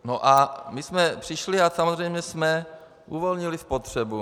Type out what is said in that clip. No a my jsme přišli a samozřejmě jsme uvolnili spotřebu.